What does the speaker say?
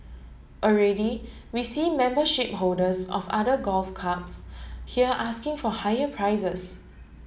already we see membership holders of other golf clubs here asking for higher prices